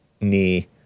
knee